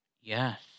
Yes